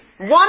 One